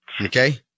okay